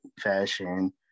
fashion